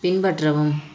பின்பற்றவும்